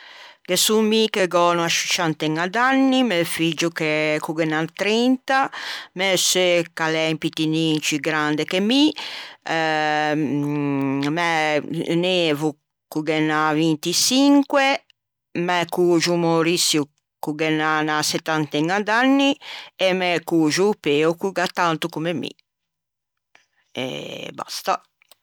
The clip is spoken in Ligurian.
Ghe son mi che gh'ò unna sciuscianteña d'anni, mæ figgio cho ghe n'à trenta, mæ seu ch'a l'é un pittinin ciù grande che mi, mæ nevo ch'o ghe n'à vintiçinque, mæ coxo Mouriçio ch'o ghe n'à unna settanteña d'anni e mæ coxo o Peo ch'o n'à tanti comme mi. E basta.